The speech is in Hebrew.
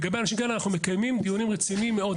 לגבי אנשים כאלה אנחנו מקיימים דיונים רציניים מאוד.